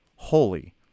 holy